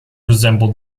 resembled